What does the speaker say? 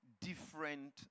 different